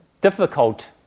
difficult